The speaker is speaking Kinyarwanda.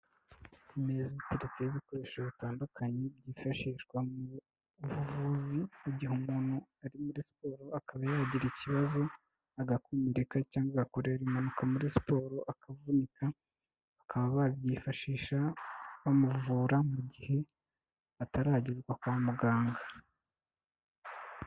Imeza iteretseho ibikoresho bitandukanye, byifashishwa mu buvuzi igihe umuntu ari muri siporo akaba yagira ikibazo agakomereka, cyangwa agakora impanuka muri siporo akavunika, bakaba babyifashisha bamuvura mu gihe ataragezwa kwa muganga.